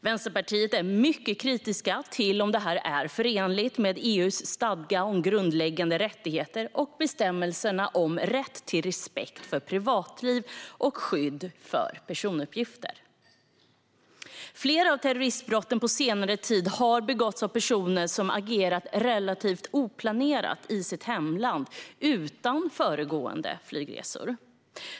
Vänsterpartiet är mycket kritiskt när det gäller om detta är förenligt med EU:s stadga om grundläggande rättigheter och bestämmelserna om rätt till respekt för privatliv och skydd för personuppgifter. Flera av terroristbrotten på senare tid har begåtts av personer som har agerat relativt oplanerat i sitt hemland, utan föregående flygresor.